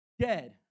dead